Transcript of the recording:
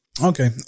Okay